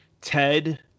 Ted